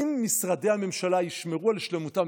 אם משרדי הממשלה ישמרו על שלמותם,